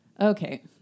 Okay